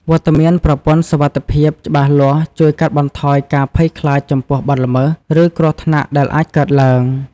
វត្តមានប្រព័ន្ធសុវត្ថិភាពច្បាស់លាស់ជួយកាត់បន្ថយការភ័យខ្លាចចំពោះបទល្មើស ឬគ្រោះថ្នាក់ដែលអាចកើតឡើង។